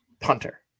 Punter